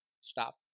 stop